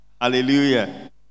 Hallelujah